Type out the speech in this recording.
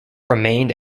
remained